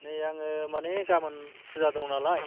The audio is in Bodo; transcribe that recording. नै आङो मानि गाबोन फुजा दं नालाय